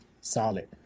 solid